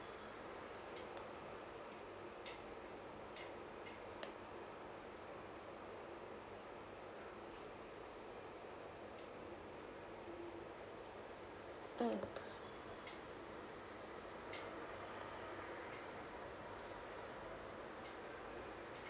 mm